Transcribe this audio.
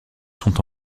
sont